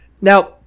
Now